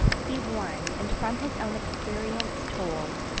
he warn'd, and from his own experience told,